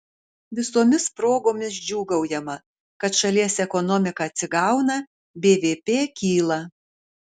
visomis progomis džiūgaujama kad šalies ekonomika atsigauna bvp kyla